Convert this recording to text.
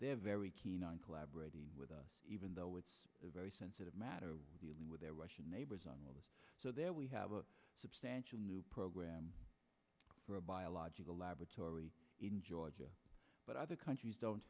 they're very keen on collaborating with us even though it's a very sensitive matter dealing with their russian neighbors on this so there we have a substantial new program for a biological laboratory in georgia but other countries don't